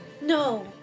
No